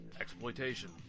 Exploitation